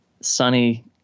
sunny